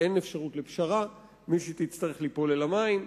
אין אפשרות לפשרה, מישהי תצטרך ליפול אל המים.